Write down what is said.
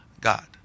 God